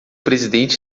presidente